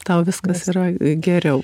tau viskas yra geriau